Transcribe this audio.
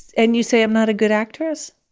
and you say i'm not a good actress?